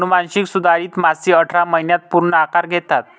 अनुवांशिक सुधारित मासे अठरा महिन्यांत पूर्ण आकार घेतात